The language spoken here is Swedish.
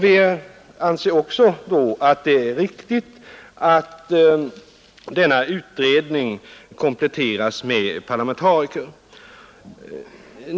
Vi anser också att det är riktigt att denna utredning kompletteras med parlamentariker.